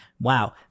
wow